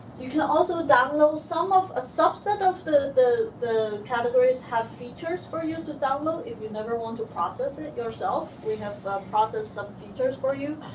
you can also download some of a subset of the the categories have features for you to download. if you never want to process and it yourself we have processed some features for you.